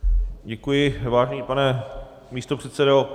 Děkuji, vážený pane místopředsedo.